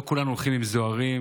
לא כולנו הולכים עם זוהרים.